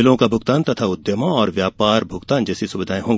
बिलों का भुगतान तथा उद्यमों और व्यापार भुगतान जैसी सुविधाएं होंगी